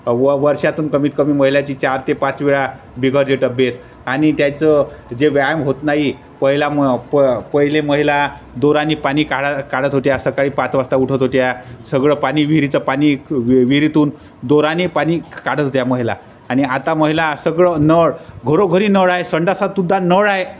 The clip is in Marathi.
व वर्षातून कमीत कमी महिलाची चार ते पाच वेळा बिघडते तब्येत आणि त्याचं जे व्यायाम होत नाही पहिला म प पहिले महिला दोराने पाणी काढा काढत होत्या सकाळी पाच वाजता उठत होत्या सगळं पाणी विहिरीचं पाणी क वि विहिरीतून दोराने पाणी काढत होत्या महिला णि आता महिला सगळं नळ घरोघरी नळ आहे संडासात सुद्धा नळ आहे